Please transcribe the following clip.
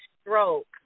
stroke